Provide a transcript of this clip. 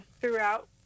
throughout